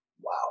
wow